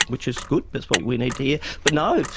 which is good, that's what we need to hear. but no,